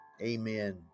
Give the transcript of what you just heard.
amen